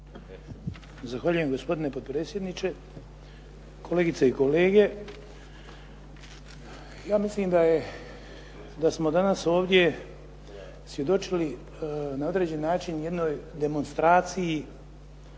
Zahvaljujem gospodine potpredsjedniče, kolegice i kolege. Ja mislim da je, da smo danas ovdje svjedočili na određeni način jednoj demonstraciji